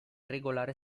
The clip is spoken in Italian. regolare